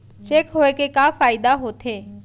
Cheque होए के का फाइदा होथे?